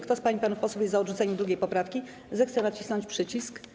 Kto z pań i panów posłów jest za odrzuceniem 2. poprawki, zechce nacisnąć przycisk.